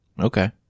Okay